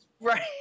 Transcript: Right